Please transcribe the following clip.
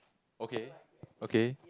okay okay